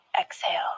exhale